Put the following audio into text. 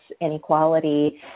inequality